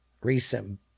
recent